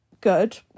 good